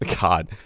God